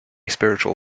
spiritual